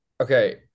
Okay